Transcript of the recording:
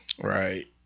Right